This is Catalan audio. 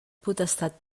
potestat